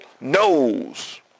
knows